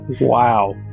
Wow